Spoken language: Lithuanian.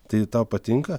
tai tau patinka